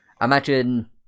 Imagine